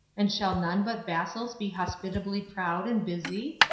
and shall none but vassals be hospitably proud and busy?